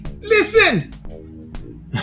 listen